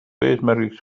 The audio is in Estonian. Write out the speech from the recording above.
eesmärgiks